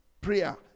prayer